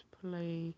play